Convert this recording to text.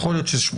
יכול להיות ש-80%,